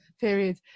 period